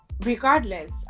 regardless